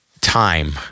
time